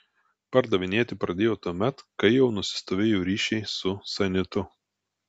pardavinėti pradėjo tuomet kai jau nusistovėjo ryšiai su sanitu